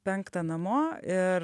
penktą namo ir